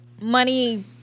money